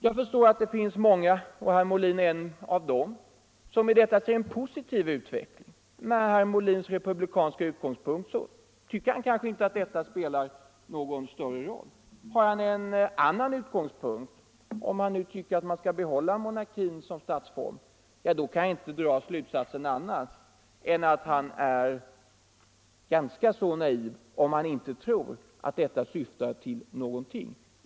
Jag förstår att det finns många — och statsrådens herr Molin är en av dem — som i detta ser en positiv utveckling. Med tjänsteutövning herr Molins republikanska utgångspunkt tycker han kanske inte att det m.m. spelar någon större roll. Har han en annan utgångspunkt - om han nu tycker att vi skall behålla monarkin som statsform — ja, då kan jag inte — Slopande av dra någon annan slutsats än att han är ganska naiv, om han inte tror = beteckningen att det som sker syftar till någonting.